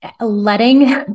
letting